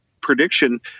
prediction